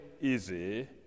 easy